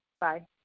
Bye